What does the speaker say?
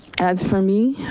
as for me,